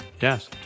Yes